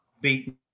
beat